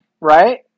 Right